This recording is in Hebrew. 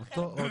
כן.